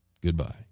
Goodbye